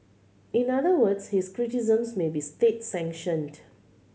in other words his criticisms may be state sanctioned